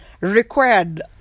required